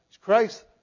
Christ